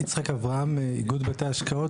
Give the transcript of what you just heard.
יצחק אברהם, איגוד בתי ההשקעות.